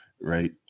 right